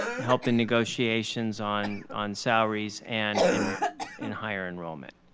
help in negotiations on on salaries and in in higher enrollment.